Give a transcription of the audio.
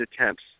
attempts